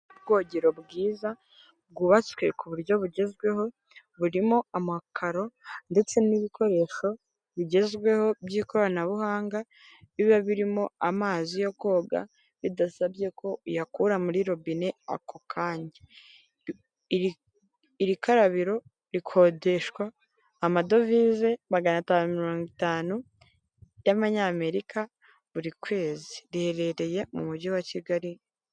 Ubwogero bwiza bwubatswe ku buryo bugezweho burimo amakaro ndetse n'ibikoresho bigezweho by'ikoranabuhanga biba birimo amazi yo koga bidasabye ko uyakura muri robine ako kanya iri karabiro rikodeshwa amadovize magana atanu mirongo itanu y'amanyamerika buri kwezi riherereye mu mujyi wa kigali.